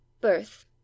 Birth